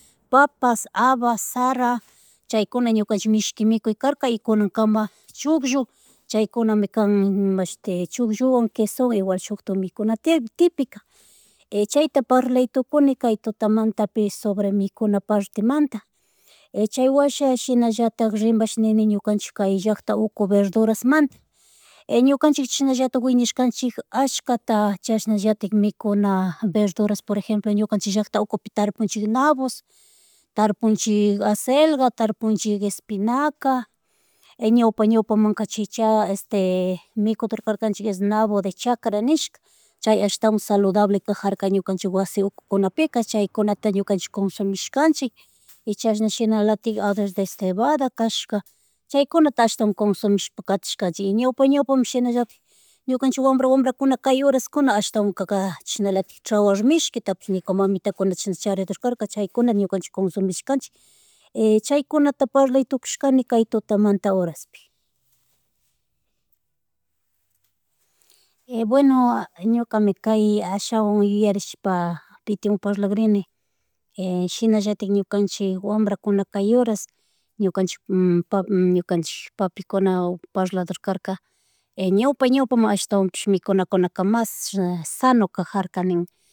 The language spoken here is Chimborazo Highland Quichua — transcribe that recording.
Papas, habas, shara, chaikuna ñukanchik mishki mikuy karka y kunankama, chugllu, chaykunami kan mashti chuglluwan, quesowan igual shukta mikunatian, tipica chayta parlaytukini kay tutamantapi, sobre mikunapartemanta chay washa shinallatak rimash nini ñukanchik kay llakta uku verdurasmanta ñukanchik chashnallatik wiñashkanchik ashkata, chashnallatik mikuna verduras, por ejemplo; ñukanchik llackta ukupi tarpunchik nabos, tarpunchik acelga, tarpunchik espinaca. Ñawpa, pawpanka chicha este mikudor karkanchi es nabo de chakra, nishkata, chay ashtawan saludable kajarka, ñukanchik wasi ukukunapika, chaykunata ñukanchi consumishkanchik y chashnashinalatik, arroz de cebada kashka, chaykunata ashtawanka kunsumishpa, katishkanchik y ñawpa, ñawpa shinallatik, ñukanchik wambra, wambrakuna kay horaskuna hastawanka chashnalatik tzawar mishki tapish ñuka mamita cuando chashna charidor chaykuna ñukanchik, consumishkanchik chaykunata parlartukushkani kay tutamantas huraspi. Bueno ñukami kay ashawan yuyarishpa, pitiwan parlakrini y shinallatik ñukanchik wambrakuna kay huras ñukanchik ñukanchik papikuna parlador karka. Ñawpa, ñawpama ashtawanpis mikunakunakuna màs sano, cajarka nin